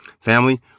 Family